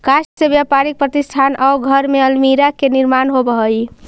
काष्ठ से व्यापारिक प्रतिष्ठान आउ घर में अल्मीरा के निर्माण होवऽ हई